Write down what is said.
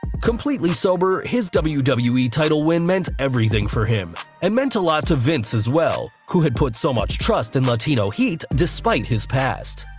completely sober, his wwe wwe title win meant everything for him, and meant a lot to vince as well, who had put so much trust in latino heat despite his past.